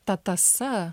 ta tąsa